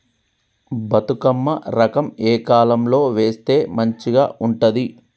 బతుకమ్మ రకం ఏ కాలం లో వేస్తే మంచిగా ఉంటది?